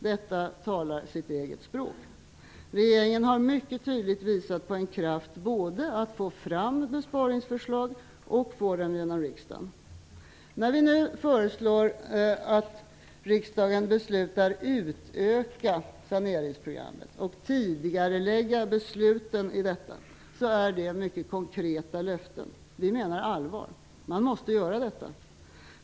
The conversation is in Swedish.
Detta talar sitt eget språk. Regeringen har mycket tydligt visat på en kraft både att få fram besparingsförslag och att få dem genom riksdagen. När vi nu föreslår att riksdagen beslutar utöka saneringsprogrammet, och tidigarelägga besluten i detta, är det mycket konkreta löften. Vi menar allvar. Man måste göra detta.